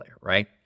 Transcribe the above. right